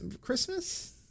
Christmas